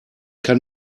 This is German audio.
kann